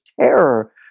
terror